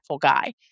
guy